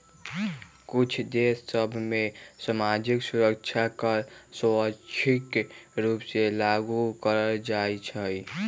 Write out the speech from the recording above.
कुछ देश सभ में सामाजिक सुरक्षा कर स्वैच्छिक रूप से लागू कएल जाइ छइ